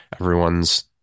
Everyone's